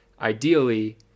ideally